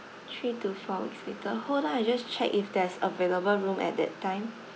three to four weeks later hold on I just check if there's available room at that time